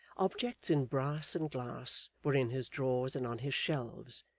objects in brass and glass were in his drawers and on his shelves,